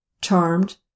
charmed